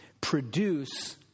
produce